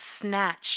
snatched